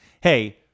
Hey